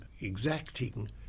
exacting